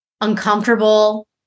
uncomfortable